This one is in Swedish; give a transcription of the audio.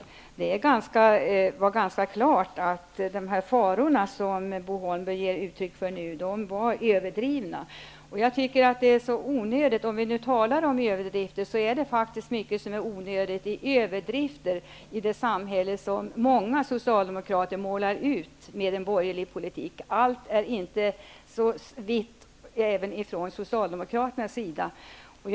Det är ganska klart att de faror som Bo Holmberg ger uttryck för är överdrivna. Om vi nu talar om överdrifter är det faktiskt mycket som är onödigt när det gäller överdrifter i det samhälle som många socialdemokrater målar ut skall komma med en borgerlig politik. Allt som kommer från Socialdemokraterna är inte heller så vitt.